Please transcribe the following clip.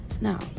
Now